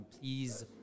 Please